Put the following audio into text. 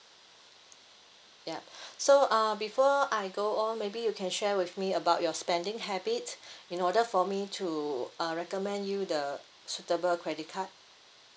ya so uh before I go on maybe you can share with me about your spending habit in order for me to uh recommend you the suitable credit card